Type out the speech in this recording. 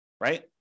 right